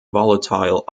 volatile